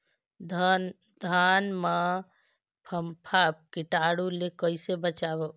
धान मां फम्फा कीटाणु ले कइसे बचाबो?